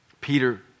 Peter